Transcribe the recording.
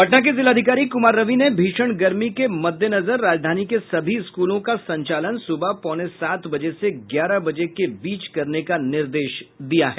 पटना के जिलाधिकारी कुमार रवि ने भीषण गर्मी के मद्देनजर राजधानी के सभी स्कूलों का संचालन सुबह पौने सात बजे से ग्यारह बजे के बीच करने का निर्देश दिया है